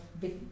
big